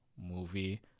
movie